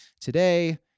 today